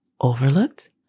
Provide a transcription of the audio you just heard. Overlooked